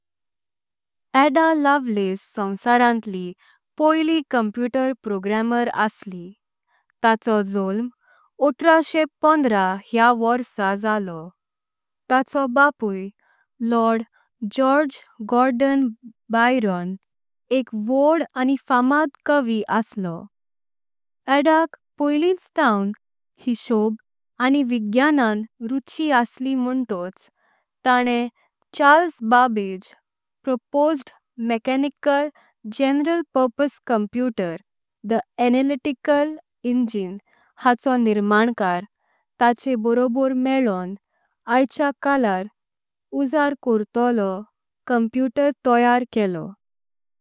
अडा Lovelace संसारांतली पहला computer programmer आंसी। ताचो जन्म ओतराशें पंद्रा ह्या वर्सा झालो ताचो बापुई। लॉर्ड जॉर्ज गॉर्डन बायरन एक वड आनिं फामद कवी आसलो। अडक पहिलीं थांव हिसॉप आनिं विज्ञानान रुची आंसी म्हंटोच। तणे Charles Babbage proposed mechanical general purpose computer. The analytical engine हाचो निर्मनकार तांचो बरोबर। मेलन आचें कळार उसार कर्तोले कंप्यूटर तयार केला।